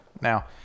Now